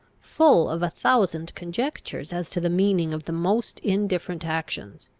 full of a thousand conjectures as to the meaning of the most indifferent actions.